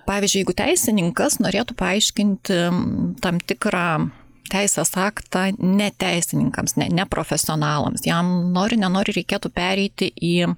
pavyzdžiui jeigu teisininkas norėtų paaiškinti tam tikrą teisės aktą neteisininkams neprofesionalams jam nori nenori reikėtų pereiti į